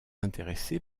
intéressé